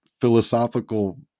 philosophical